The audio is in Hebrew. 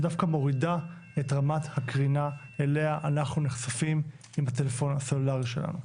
דווקא מורידה את רמת הקרינה אליה אנחנו נחשפים עם הטלפון הסלולרי שלנו.